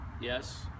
yes